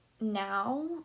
now